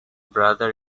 brother